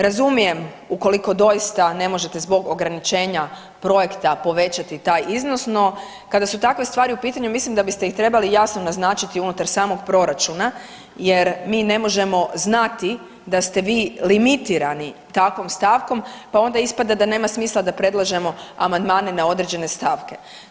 Razumijem ukoliko doista ne možete zbog ograničenja projekta povećati taj iznos, no kada su takve stvari u pitanju mislim da biste ih trebali jasno naznačiti unutar samog proračuna jer mi ne možemo znati da ste vi limitirani takvom stavkom, pa onda ispada da nema smisla da predlažemo amandmane na određene stavke.